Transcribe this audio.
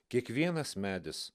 kiekvienas medis